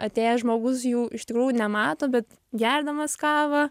atėjęs žmogus jų iš tikrųjų nemato bet gerdamas kavą